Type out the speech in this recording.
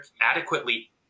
adequately